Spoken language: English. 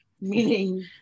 meaning